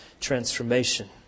transformation